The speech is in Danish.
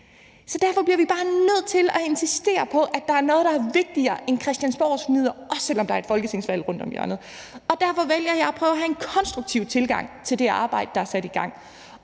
Derfor bliver vi bare nødt til at insistere på, at der er noget, der er vigtigere end christiansborgfnidder, også selv om der er et folketingsvalg rundt om hjørnet. Derfor vælger jeg at prøve at have en konstruktiv tilgang til det arbejde, der er sat i gang.